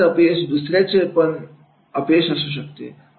एकाच अपयश दुसर्याला दुसर्याला पण घ्यावे लागते